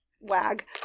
wag